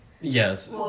yes